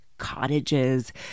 cottages